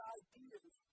ideas